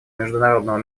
международного